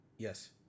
Yes